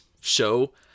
show